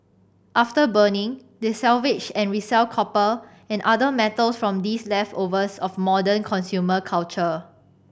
after burning they salvage and resell copper and other metals from these leftovers of modern consumer culture